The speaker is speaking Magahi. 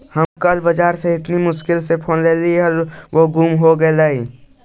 हम काले बाजार से इतनी मुश्किल से फोन लेली हल वो गुम हो गेलई